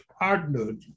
partnered